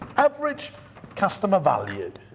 average customer valued.